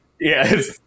Yes